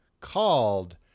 called